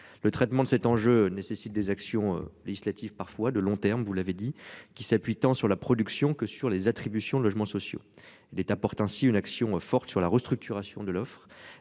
Le traitement de cet enjeu nécessite des actions législatives parfois de long terme, vous l'avez dit, qui s'appuie tant sur la production que sur les attributions de logements sociaux l'apporte ainsi une action forte sur la restructuration de l'offre